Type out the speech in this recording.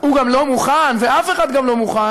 הוא גם לא מוכן, ואף אחד גם לא מוכן,